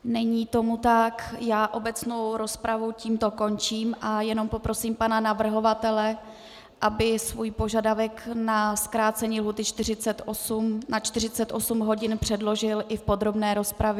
Není tomu tak, obecnou rozpravu tímto končím a jenom poprosím pana navrhovatele, aby svůj požadavek na zkrácení lhůty na 48 hodin předložil i v podrobné rozpravě.